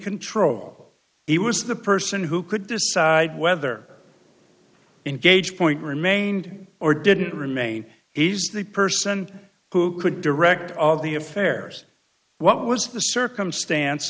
control he was the person who could decide whether engaged point remained or didn't remain he's the person who could direct all the affairs what was the circumstance